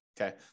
Okay